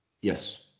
Yes